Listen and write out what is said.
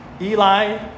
Eli